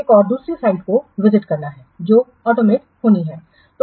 एक और दूसरी साइट को विजिट करना है जो ऑटोमेटेड होनी है